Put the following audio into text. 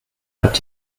hat